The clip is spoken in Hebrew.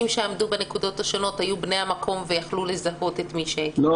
שעמדו בנקודות השונות היו בני המקום ויכלו לזהות את מי שהגיע.